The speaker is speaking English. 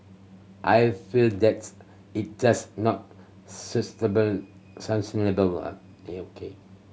I feel that it's just not